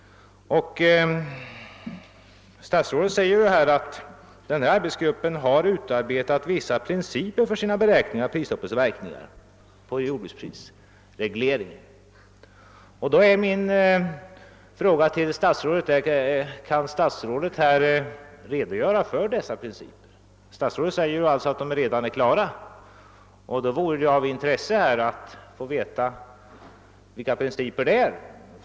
Statsrådet säger att denna arbetsgrupp har utarbetat vissa principer för sina beräkningar av prisstoppets verkningar på jordbruksprisregleringen. Då är min fråga till statsrådet: Kan statsrådet här redogöra för dessa principer? Statsrådet påstår ju att de redan är. klara, och då vore det av intresse att få veta vilka principerna är.